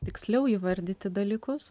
tiksliau įvardyti dalykus